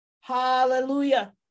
Hallelujah